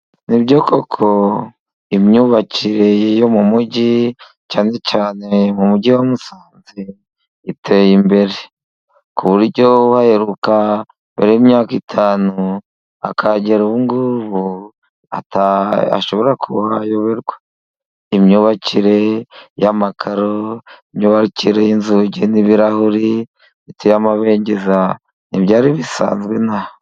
Nibyo koko imyubakire yo mu mugi，cyane cyane mu mugi wa Musanze， iteye imbere. Ku buryo uhaheruka mbere y'imyaka itanu，akahagera ubu ngubu，ashobora kuhayoberwa. Imyubakire y'amakaro，imyubakire y'inzugi n'ibirahuri，biteye amabengeza，ntibyari bisanzwe inaha.